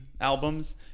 albums